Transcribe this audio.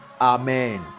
amen